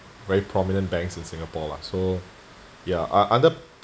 very prominent banks in singapore lah so ya uh under